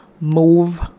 move